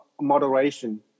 moderation